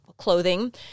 clothing